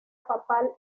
papal